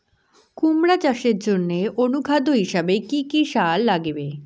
কুমড়া চাষের জইন্যে অনুখাদ্য হিসাবে কি কি সার লাগিবে?